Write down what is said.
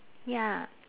ya